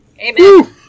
Amen